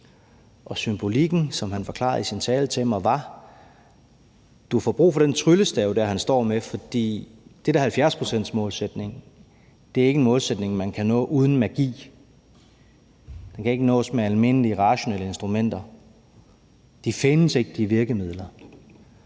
symbolikken, som han forklarede i sin tale til mig, var, at du får brug for den tryllestav, han står med, for den der 70-procentsmålsætning er ikke en målsætning, man kan nå uden magi, den kan ikke nås med almindelige rationelle instrumenter, de virkemidler